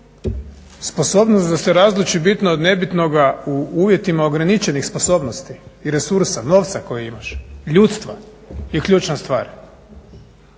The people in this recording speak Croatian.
sposobnost da se razluči bitno od nebitnoga u uvjetima ograničenih sposobnosti i resursa novca kojeg imaš, ljudstva je ključna stvar.